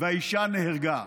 והאישה נהרגה.